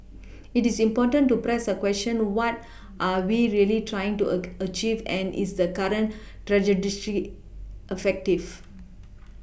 it is important to press a question what are we really trying to a achieve and is the current dish effective